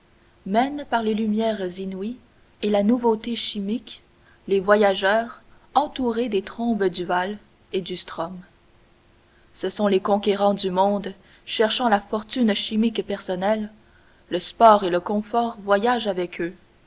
mènent par les lumières inouïes et la nouveauté chimique les voyageurs entourés des trombes du val et du strom ce sont les conquérants du monde cherchant la fortune chimique personnelle le sport et le confort voyagent avec eux